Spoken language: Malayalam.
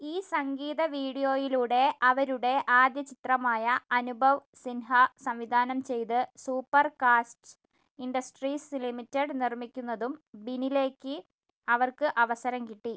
ഈ സംഗീത വീഡിയോയിലൂടെ അവരുടെ ആദ്യ ചിത്രമായ അനുഭവ് സിൻഹ സംവിധാനം ചെയ്ത് സൂപ്പർ കാസറ്റ്സ് ഇൻഡസ്ട്രീസ് ലിമിറ്റഡ് നിർമ്മിക്കുന്നതും ബിനിലേക്ക് അവർക്ക് അവസരം കിട്ടി